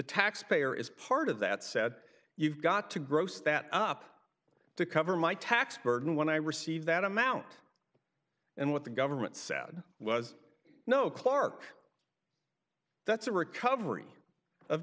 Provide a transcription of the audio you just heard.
taxpayer is part of that set you've got to gross that up to cover my tax burden when i received that amount and what the government said was no clark that's a recovery of